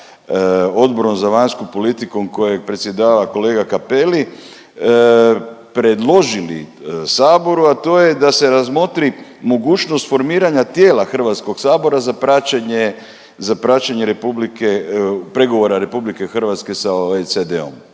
Odborom za vanjsku politiku kojim predsjedava kolega Cappelli predložili Saboru a to je da se razmotri mogućnost formiranja tijela Hrvatskog sabora za praćenje pregovora Republike Hrvatske sa OECD-om.